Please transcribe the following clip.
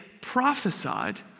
prophesied